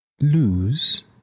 Lose